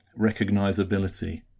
recognizability